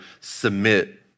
submit